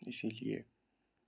اِسی لِیے